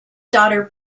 daughter